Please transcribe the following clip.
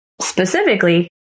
specifically